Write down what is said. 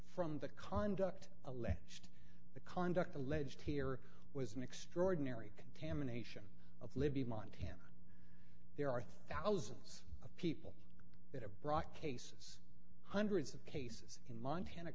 from the conduct alleged the conduct alleged here was an extraordinary contamination of libby montana there are thousands of people that have brought cases hundreds of cases in montana